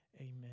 amen